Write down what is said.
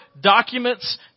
documents